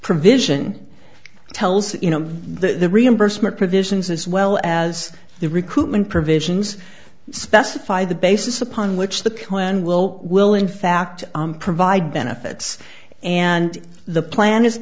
provision tells you know the reimbursement provisions as well as the recruitment provisions specify the basis upon which the coin will will in fact provide benefits and the plan is